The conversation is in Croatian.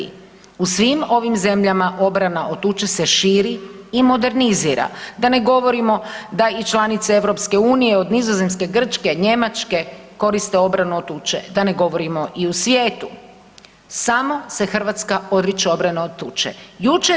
U svim ovim zemljama obrana od tuče se širi i modernizira, da ne govorimo da i članice EU od Nizozemske, Grčke, Njemačke koriste obranu od tuče, da ne govorimo i u svijetu, samo se Hrvatska odriče obrane od tuče.